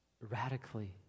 radically